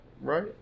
right